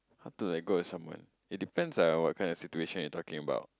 how to let go of someone it depends ah on what kind of situation you're talking about